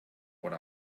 what